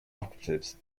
operatives